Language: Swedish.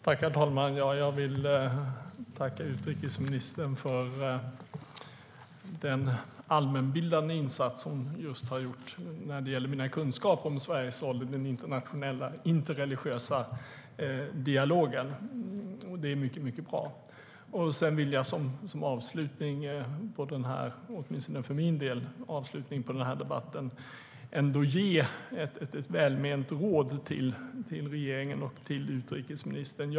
Herr talman! Jag vill tacka utrikesministern för den allmänbildande insats hon just har gjort när det gäller mina kunskaper om Sveriges roll i den interreligiösa dialogen. Det är mycket bra. Sedan vill jag åtminstone för min del som avslutning på debatten ändå ge ett välment råd till regeringen och utrikesministern.